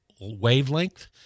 wavelength